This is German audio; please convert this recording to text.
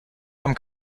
haben